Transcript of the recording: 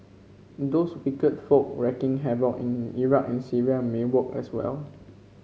those wicked folk wreaking havoc in Iraq and Syria may work as well